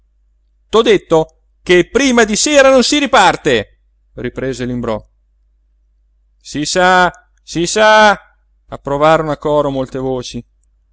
protezione t'ho detto che prima di sera non si riparte riprese l'imbrò si sa si sa approvarono a coro molte voci